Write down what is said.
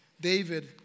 David